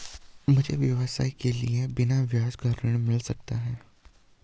मुझे व्यवसाय के लिए बिना ब्याज का ऋण मिल सकता है?